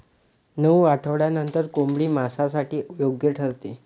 नऊ आठवड्यांनंतर कोंबडी मांसासाठी योग्य ठरते